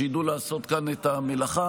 שידעו לעשות כאן את המלאכה.